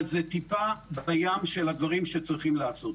אבל זאת טיפה בים של הדברים שצריכים לעשות.